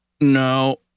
no